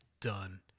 done